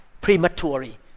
prematurely